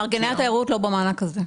מארגני התיירות לא במענק הזה.